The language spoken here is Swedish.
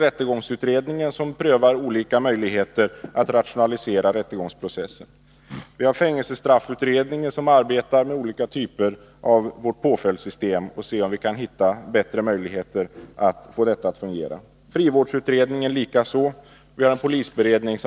Rättegångsutredningen prövar olika möjligheter att rationalisera rättegångsprocessen. Vidare arbetar fängelsestraffutredningen med olika typer av påföljder inom straffsystemet och undersöker om man kan hitta bättre möjligheter att få detta att fungera. Vidare arbetar frivårdsutredningen och polisberedningen.